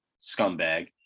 scumbag